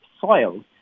soil